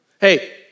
Hey